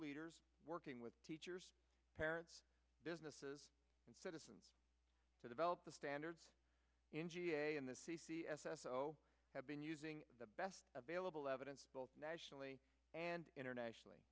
leaders working with teachers parents businesses and citizens to develop the standards in ga in the c c s s o have been using the best available evidence both nationally and internationally